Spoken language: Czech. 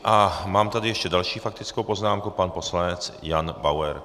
A mám tady ještě další faktickou poznámku pan poslanec Jan Bauer.